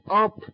up